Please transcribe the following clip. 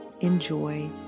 enjoy